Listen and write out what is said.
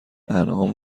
انعام